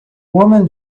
woman